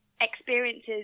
experiences